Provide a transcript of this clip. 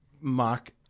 mark